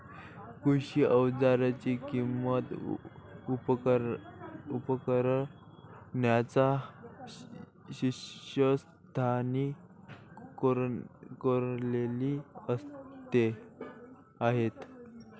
कृषी अवजारांची किंमत उपकरणांच्या शीर्षस्थानी कोरलेली राहते